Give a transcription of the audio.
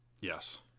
Yes